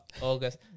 August